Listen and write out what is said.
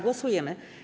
Głosujemy.